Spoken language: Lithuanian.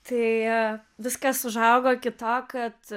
tai viskas užaugo iki to kad